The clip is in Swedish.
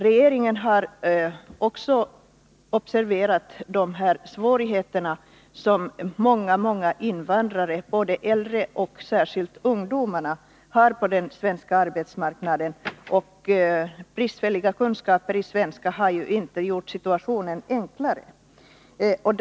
Regeringen har också observerat de svårigheter som många invandrare — äldre och i ännu högre grad ungdomar — har på den svenska arbetsmarknaden. Bristfälliga kunskaper i svenska har inte gjort deras situation enklare.